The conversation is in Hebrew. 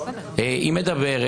היא מדברת.